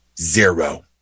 zero